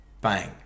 bang